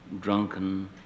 drunken